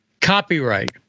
copyright